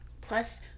Plus